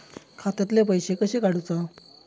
खात्यातले पैसे कशे काडूचा?